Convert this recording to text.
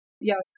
Yes